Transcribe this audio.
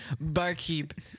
Barkeep